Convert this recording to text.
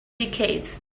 decades